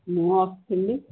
ମୁଁ ଅ ଥିଲି